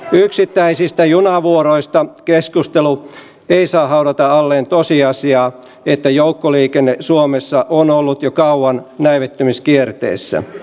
yksittäisistä junavuoroista keskustelu ei saa haudata alleen tosiasiaa että joukkoliikenne suomessa on ollut jo kauan näivettymiskierteessä